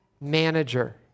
manager